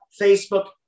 Facebook